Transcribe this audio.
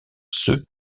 ceux